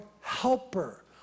helper